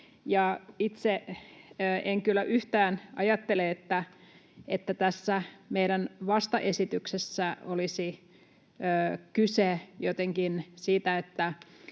Itse en kyllä yhtään ajattele, että tässä meidän vastaesityksessä olisi kyse jotenkin siitä, että